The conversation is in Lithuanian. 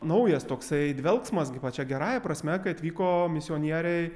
naujas toksai dvelksmas gi pačia gerąja prasme kai atvyko misionieriai